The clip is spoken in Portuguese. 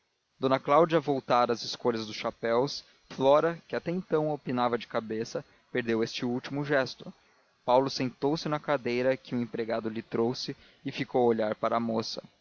d cláudia voltara à escolha dos chapéus e flora que até então opinava de cabeça perdeu este último gesto paulo sentou-se na cadeira que um empregado lhe trouxe e ficou a olhar para a moça